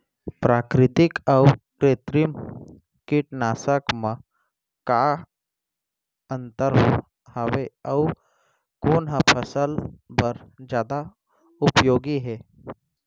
प्राकृतिक अऊ कृत्रिम कीटनाशक मा का अन्तर हावे अऊ कोन ह फसल बर जादा उपयोगी हे?